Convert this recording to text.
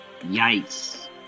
yikes